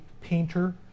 painter